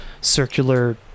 circular